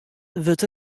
wurdt